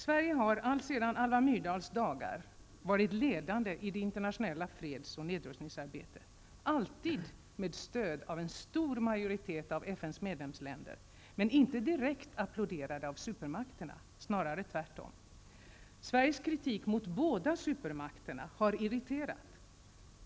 Sverige har alltsedan Alva Myrdals dagar varit ledande i det internationella freds och nedrustningsarbetet, alltid med stöd av en stor majoritet av FNs medlemsländer men inte direkt applåderade av supermakterna -- snarare tvärtom. Sveriges kritik mot båda supermakterna har irriterat.